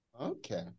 Okay